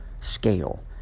scale